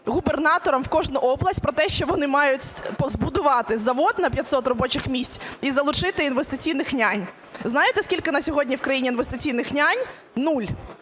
губернаторам в кожну область про те, що вони мають збудувати завод на 500 робочих місць і залучити "інвестиційних нянь". Знаєте, скільки на сьогодні в країні "інвестиційних нянь"? Нуль.